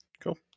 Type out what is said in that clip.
cool